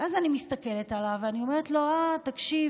ואז אני מסתכלת עליו ואני אומרת לו: תקשיב,